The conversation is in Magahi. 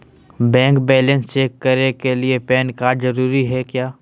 बैंक बैलेंस चेक करने के लिए पैन कार्ड जरूरी है क्या?